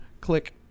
Click